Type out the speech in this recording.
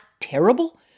terrible